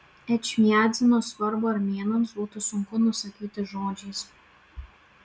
ečmiadzino svarbą armėnams būtų sunku nusakyti žodžiais